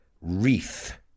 wreath